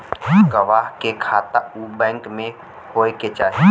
गवाह के खाता उ बैंक में होए के चाही